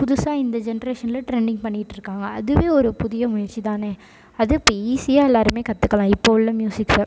புதுசாக இந்த ஜென்ரேஷனில் ட்ரெண்டிங் பண்ணிட்டுருக்காங்க அதுவே ஒரு புதிய முயற்சி தானே அது இப்போ ஈஸியாக எல்லோருமே கற்றுக்கலாம் இப்போ உள்ள மியூசிக்கை